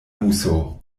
muso